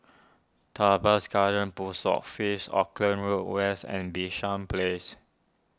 Tebans Garden Post Office Auckland Road West and Bishan Place